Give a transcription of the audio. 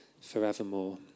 forevermore